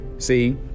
See